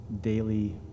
daily